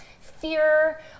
fear